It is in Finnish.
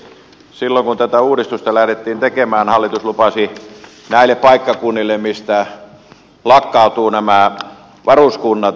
silloin kun tätä uudistusta lähdettiin tekemään hallitus lupasi kompensaatiota näille paikkakunnille mistä lakkautuvat nämä varuskunnat